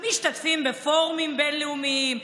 משתתפים בפורומים בין-לאומיים,